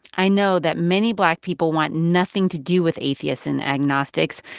i know that many black people want nothing to do with atheists and agnostics.